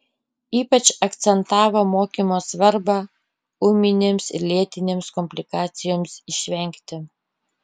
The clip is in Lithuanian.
ypač akcentavo mokymo svarbą ūminėms ir lėtinėms komplikacijoms išvengti